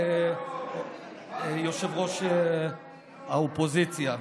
ראש האופוזיציה.